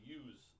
use